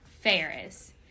Ferris